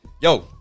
Yo